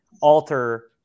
alter